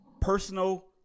personal